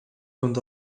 өрөөнд